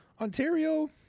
Ontario